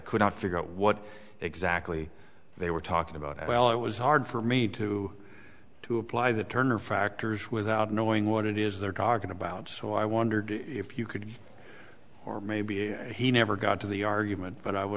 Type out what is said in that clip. couldn't figure out what exactly they were talking about well it was hard for me to to apply the turner factors without knowing what it is they're talking about so i wondered if you could or maybe he never got to the argument but i would